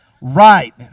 Right